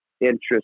interest